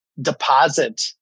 deposit